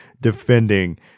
defending